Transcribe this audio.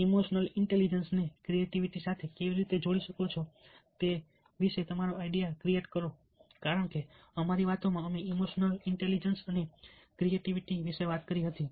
emotional intelligence ને creativity સાથે કેવી રીતે જોડી શકો છો તે વિશે ક્રિએટ કરો કારણ કે અમારી વાતોમાં અમે ઈમોશનલ ઈન્ટેલિજન્સ અને ક્રિએટિવિટી વિશે વાત કરી હતી